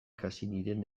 cassanyren